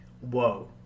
whoa